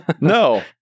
No